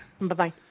Bye-bye